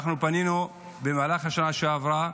פנינו במהלך השנה שעברה,